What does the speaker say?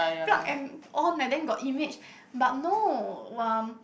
plug and on and then got image but no um